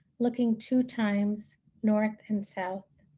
looking two times north and south,